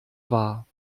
war